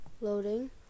Loading